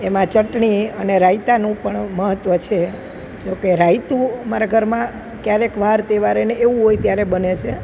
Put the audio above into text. એમાં ચટણી અને રાયતાનું પણ મહત્વ છે જો કે રાયતું અમારા ઘરમાં ક્યારેક વાર તહેવારે અને એવું હોય ત્યારે બને છે